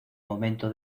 momento